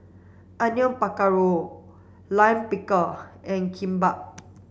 Onion Pakora Lime Pickle and Kimbap